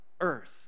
earth